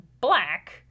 black